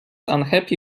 unhappy